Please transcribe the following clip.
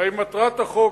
הרי מטרת החוק,